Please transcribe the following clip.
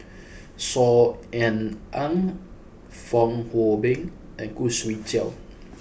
Saw Ean Ang Fong Hoe Beng and Khoo Swee Chiow